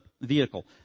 vehicle